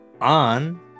On